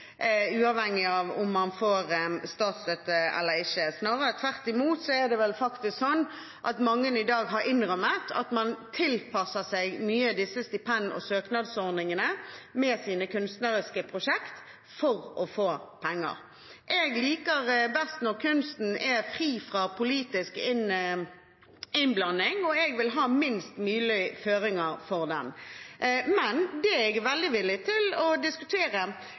uavhengig av om man får statsstøtte eller ikke. Snarere tvert imot er det vel faktisk sånn at mange i dag har innrømmet at man tilpasser seg disse stipend- og søknadsordningene, med sine kunstneriske prosjekt, for å få penger. Jeg liker best når kunsten er fri fra politisk innblanding, og jeg vil ha minst mulig føringer for den. Det jeg er villig til å diskutere,